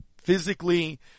physically